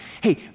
hey